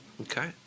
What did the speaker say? Okay